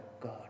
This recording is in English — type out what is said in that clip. God